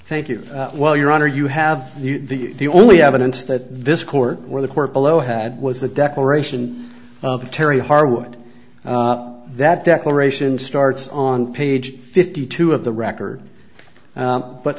thank you well your honor you have the only evidence that this court where the court below had was the declaration of terry harwood that declaration starts on page fifty two of the record